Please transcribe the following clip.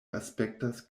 aspektas